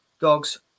dogs